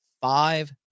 five